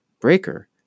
Breaker